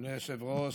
אדוני היושב-ראש,